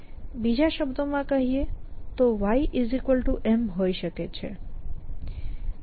બીજા શબ્દો માં કહીએ તો yM હોઈ શકે છે